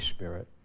Spirit